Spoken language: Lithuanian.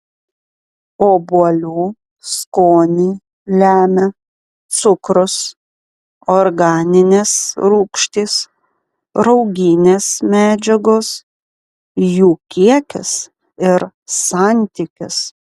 obuolių skonį lemia cukrus organinės rūgštys rauginės medžiagos jų kiekis ir santykis